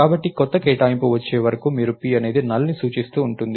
కాబట్టి కొత్త కేటాయింపు వచ్చే వరకు మీరు p అనేది NULLని సూచిస్తూనే ఉంటుంది